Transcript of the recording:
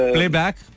Playback